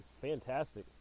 fantastic